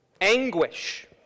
Anguish